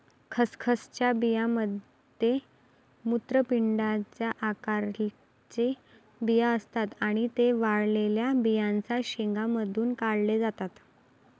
खसखसच्या बियांमध्ये मूत्रपिंडाच्या आकाराचे बिया असतात आणि ते वाळलेल्या बियांच्या शेंगांमधून काढले जातात